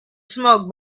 smoke